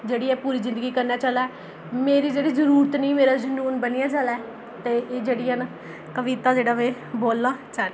जेह्ड़ी ऐ पूरी जिंदगी कन्नै चलै मेरी जेह्ड़ी जरूरत निं मेरा जनून बनियै चलै ते एह् जेह्ड़ी ऐ ना कविता जेह्ड़ी ऐ में बोलना चाह्ङ